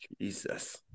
Jesus